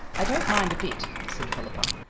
i don't mind a bit, said philippa.